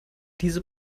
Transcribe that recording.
diese